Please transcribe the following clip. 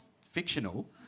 fictional